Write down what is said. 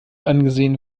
angesehen